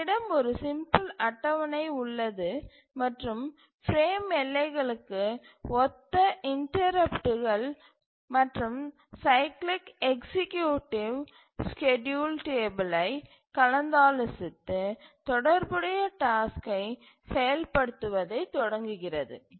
எங்களிடம் ஒரு சிம்பிள் அட்டவணை உள்ளது மற்றும் பிரேம் எல்லைகளுக்கு ஒத்த இன்டரப்ட்டு கள் மற்றும் சைக்கிளிக் எக்சீக்யூட்டிவ் ஸ்கேட்யூல் டேபிளை கலந்தாலோசித்து தொடர்புடைய டாஸ்க்கை செயல்படுத்தத் தொடங்குகிறார்